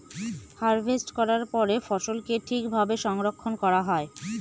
harvest করার পরে ফসলকে ঠিক ভাবে সংরক্ষন করা হয়